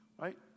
right